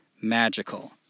magical